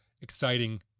exciting